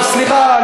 סליחה,